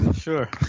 Sure